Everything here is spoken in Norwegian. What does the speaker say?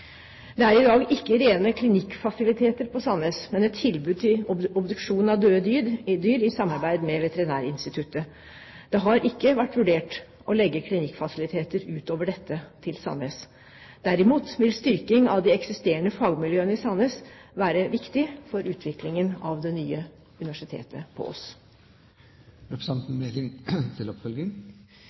Det er i dag ikke rene klinikkfasiliteter på Sandnes, men et tilbud til obduksjon av døde dyr i samarbeid med Veterinærinstituttet. Det har ikke vært vurdert å legge klinikkfasiliteter utover dette til Sandnes. Derimot vil styrking av de eksisterende fagmiljøene på Sandnes være viktig for utviklingen av det nye universitetet på